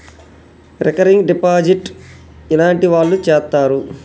Recurring deposit ఎట్లాంటి వాళ్లు చేత్తరు?